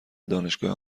دانشگاه